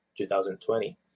2020